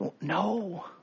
No